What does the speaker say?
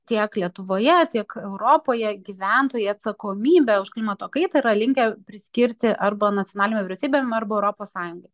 tiek lietuvoje tiek europoje gyventojai atsakomybę už klimato kaitą yra linkę priskirti arba nacionalinėm vyriausybėm arba europos sąjungai